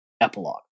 epilogue